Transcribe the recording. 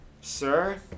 sir